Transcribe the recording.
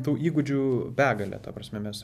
tų įgūdžių begalė ta prasme mes